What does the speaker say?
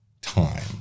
time